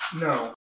No